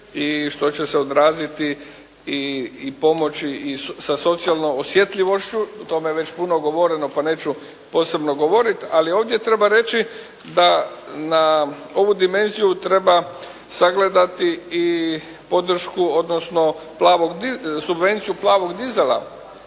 i što će se odraziti i pomoći sa socijalnom osjetljivošću. O tome je već puno govoreno pa neću posebno govoriti, ali ovdje treba reći da na ovu dimenziju treba sagledati i podršku, odnosno subvenciju plavog dizela